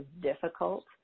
difficult